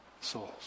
souls